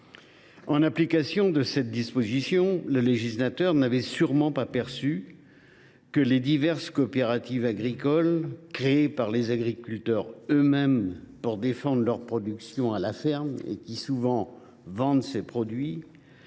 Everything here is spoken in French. louable. Mais ce faisant, le législateur n’avait sûrement pas perçu que les diverses coopératives agricoles, créées par les agriculteurs eux mêmes pour défendre les productions à la ferme, et qui souvent vendent ces produits,